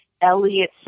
Elliot